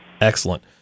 Excellent